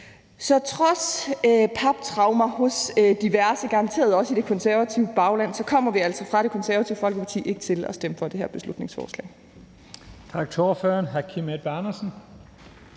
Så trods paptraumer hos diverse, garanteret også i det konservative bagland, kommer vi altså fra Det Konservative Folkeparti ikke til at stemme for det her beslutningsforslag.